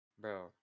Bro